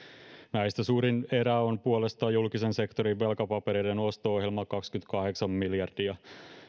näistä suurin erä on puolestaan julkisen sektorin velkapapereiden osto ohjelma kaksikymmentäkahdeksan miljardia